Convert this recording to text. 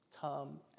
Come